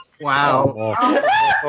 Wow